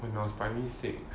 when I was primary six